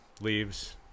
leaves